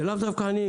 זה לאו דווקא עניים.